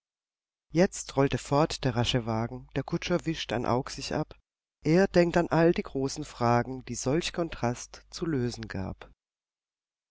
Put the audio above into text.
jetzt rollte fort der rasche wagen der kutscher wischt ein aug sich ab er denkt an all die großen fragen die solch kontrast zu lösen gab